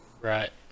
Right